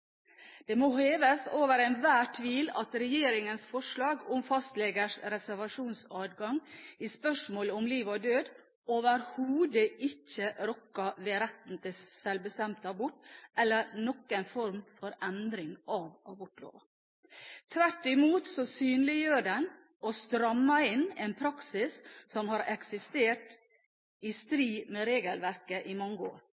Det må heves over enhver tvil at regjeringens forslag om fastlegers reservasjonsadgang i spørsmålet om liv og død overhodet ikke rokker ved retten til sjølbestemt abort eller innebærer noen form for endring av abortloven. Tvert imot synliggjør det og strammer inn en praksis som har eksistert i strid med regelverket i mange år.